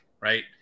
right